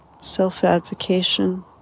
self-advocation